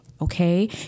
okay